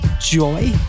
Joy